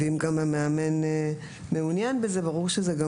אם גם המאמן מעוניין בכך ברור שזה גם